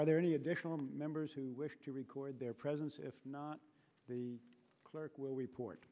are there any additional members who wish to record their presence if not the clerk will report